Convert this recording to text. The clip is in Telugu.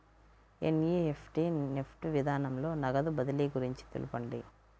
ఎన్.ఈ.ఎఫ్.టీ నెఫ్ట్ విధానంలో నగదు బదిలీ గురించి తెలుపండి?